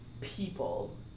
people